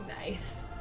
Nice